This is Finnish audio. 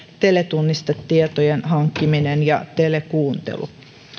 teletunnistustietojen hankkiminen ja telekuuntelu